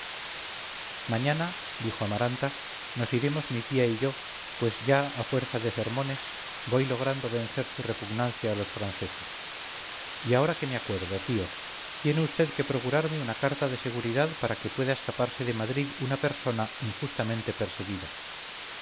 mañana dijo amaranta nos iremos mi tía y yo pues ya a fuerza de sermones voy logrando vencer su repugnancia a los franceses y ahora que me acuerdo tío tiene usted que procurarme una carta de seguridad para que pueda escaparse de madrid una persona injustamente perseguida